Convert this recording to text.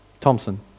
Thompson